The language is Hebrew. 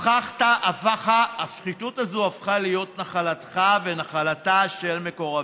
הפכה להיות נחלתך ונחלתה של מקורביך.